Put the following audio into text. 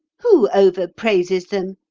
who overpraises them?